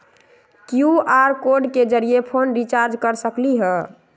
QR code के जरिय phone recharge कर सकली ह?